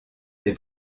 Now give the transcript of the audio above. des